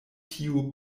tiu